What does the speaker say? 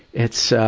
it's, ah,